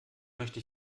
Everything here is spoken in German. möchte